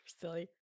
silly